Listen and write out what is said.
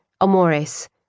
Amores